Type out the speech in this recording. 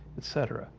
etc